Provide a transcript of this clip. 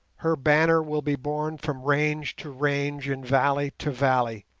her banner will be borne from range to range and valley to valley,